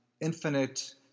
infinite